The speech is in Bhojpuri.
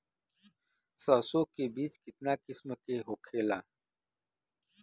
सरसो के बिज कितना किस्म के होखे ला?